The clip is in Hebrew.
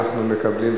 אנחנו מקבלים,